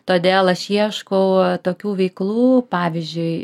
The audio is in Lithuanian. todėl aš ieškau tokių veiklų pavyzdžiui